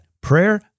Prayer